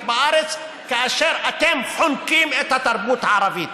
בארץ כאשר אתם חונקים את התרבות הערבית.